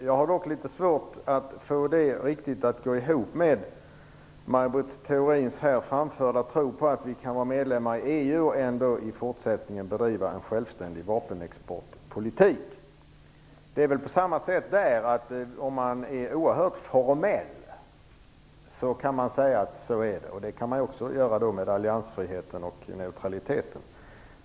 Jag har dock litet svårt att få det att riktigt gå ihop med Maj Britt Theorins här framförda tro på att vi kan vara medlemmar i EU och ändå i fortsättningen bedriva en självständig vapenexportpolitik. Det är väl på samma sätt där: Om man är oerhört formell, kan man säga att det är så. Det kan man också göra när det gäller alliansfriheten och neutraliteten.